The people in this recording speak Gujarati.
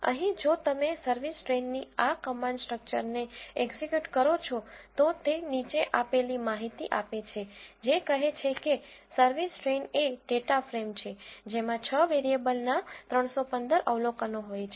અહીં જો તમે સર્વિસ ટ્રેઈનની આ કમાન્ડ સ્ટ્રક્ચર ને એક્ઝિક્યુટ કરો છો તો તે નીચે આપેલી માહિતી આપે છે જે કહે છે કે સર્વિસ ટ્રેઈન એ ડેટા ફ્રેમ છે જેમાં 6 વેરિયેબલના 315 અવલોકનો હોય છે